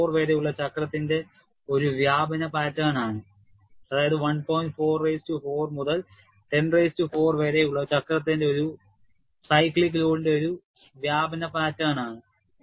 5 into 10 power 4 വരെയുള്ള ചക്രത്തിന്റെ ഒരു വ്യാപന പാറ്റേൺ ആണ്